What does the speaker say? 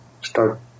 start